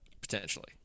potentially